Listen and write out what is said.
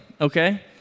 okay